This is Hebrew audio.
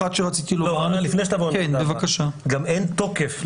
גם אין תוקף,